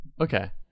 Okay